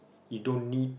you don't need